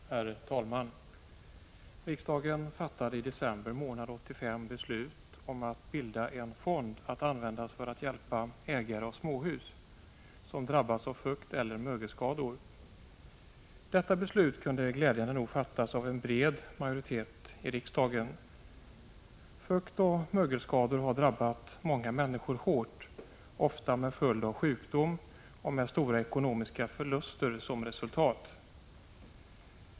Herr talman! Riksdagen fattade i december månad 1985 beslut om att bilda en fond att användas för att hjälpa ägare av småhus som drabbats av fuktoch mögelskador. Detta beslut kunde glädjande nog fattas av en bred majoritet i riksdagen. Fuktoch mögelskador har drabbat många människor hårt och ofta fått till följd sjukdom och stora ekonomiska förluster.